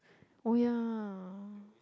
oh ya